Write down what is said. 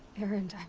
erend,